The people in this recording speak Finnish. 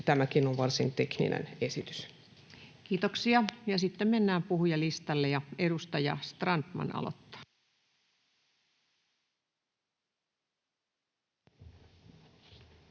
Tämäkin on varsin tekninen esitys. — Kiitoksia, tack. Kiitoksia. — Ja sitten mennään puhujalistalle, ja edustaja Strandman aloittaa.